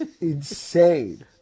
insane